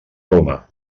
roma